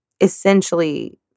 essentially